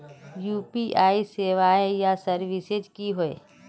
UPI सेवाएँ या services की होय?